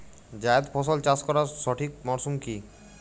জায়েদ ফসল চাষ করার সঠিক মরশুম কি?